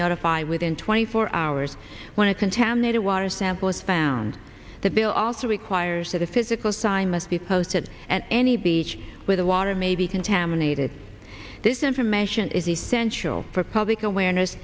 notified within twenty four hours when it contaminated water samples found the bill also requires that a physical sign must be posted at any beach where the water may be contaminated this information is essential for public awareness